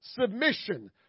submission